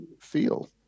feel